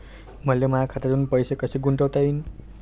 मले माया खात्यातून पैसे कसे गुंतवता येईन?